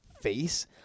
face